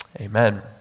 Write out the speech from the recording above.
Amen